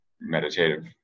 meditative